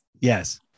Yes